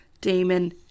Damon